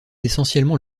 essentiellement